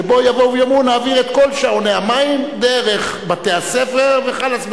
שבו יבואו ויאמרו: נעביר את כל שעוני המים דרך בתי-הספר וחלאס.